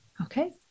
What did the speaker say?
Okay